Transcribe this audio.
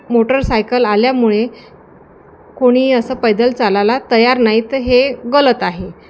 motorcycle आल्यामुळे कोणी असं पैदल चालायला तयार नाही ते हे गलत आहे